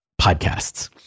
podcasts